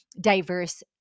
diverse